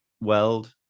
weld